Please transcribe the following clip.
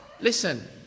listen